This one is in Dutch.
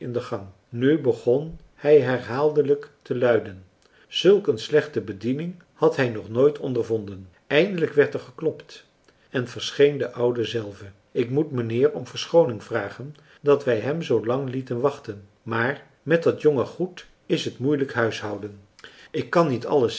den gang nu begon hij herhaaldelijk te luiden zulk een slechte bediening had hij nog nooit ondervonden eindelijk werd er geklopt en verscheen de oude zelve ik moet mijnheer om verschooning vragen dat wij hem zoo lang lieten wachten maar met dat jonge goed is het moeilijk huishouden ik kan niet alles